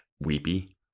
weepy